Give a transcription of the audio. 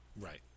Right